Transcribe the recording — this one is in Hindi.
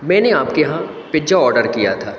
मैंने आपके यहाँ पिज्जा ऑडर किया था